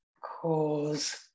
cause